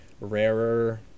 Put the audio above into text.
rarer